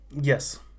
yes